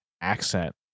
accent